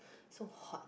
so hot